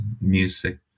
music